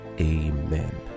Amen